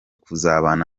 kuzabana